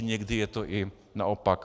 Někdy je to i naopak.